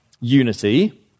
unity